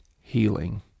healing